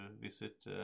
visit